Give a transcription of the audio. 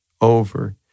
over